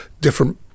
different